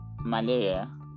malaria